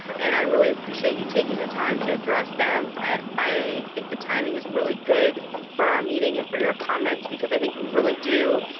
and i really appreciate you taking the time to address them. i i think the timing is really good for our meeting, and for your comments, because i think we really do,